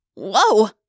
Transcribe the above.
Whoa